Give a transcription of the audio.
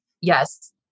yes